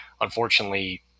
unfortunately